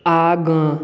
आगाँ